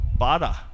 Bada